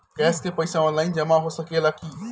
Gas के पइसा online जमा हो सकेला की?